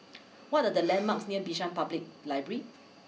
what are the landmarks near Bishan Public library